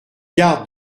garde